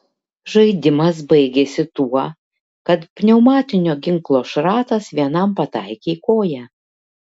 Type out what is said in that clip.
žaidimas baigėsi tuo kad pneumatinio ginklo šratas vienam pataikė į koją